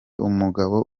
umugabo